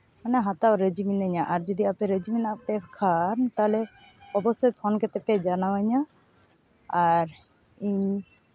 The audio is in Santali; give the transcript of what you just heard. ᱢᱟᱱᱮ ᱦᱟᱛᱟᱣ ᱨᱟᱹᱡᱤ ᱢᱤᱱᱟᱹᱧᱟ ᱟᱨ ᱡᱩᱫᱤ ᱟᱯᱮ ᱨᱟᱹᱡᱤ ᱢᱮᱱᱟᱜᱼᱯᱮ ᱠᱷᱟᱱ ᱛᱟᱦᱞᱮ ᱚᱵᱳᱥᱥᱳᱭ ᱯᱷᱳᱱ ᱠᱟᱛᱮᱫ ᱯᱮ ᱡᱟᱱᱟᱣᱟᱹᱧᱟᱹ ᱟᱨ ᱤᱧ